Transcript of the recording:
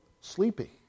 sleepy